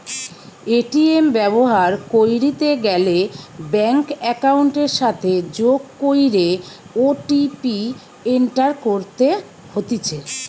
ATM ব্যবহার কইরিতে গ্যালে ব্যাঙ্ক একাউন্টের সাথে যোগ কইরে ও.টি.পি এন্টার করতে হতিছে